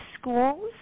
schools